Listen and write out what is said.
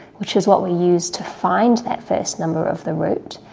which is what we used to find that first number of the root,